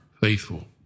faithful